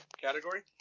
category